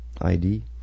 ID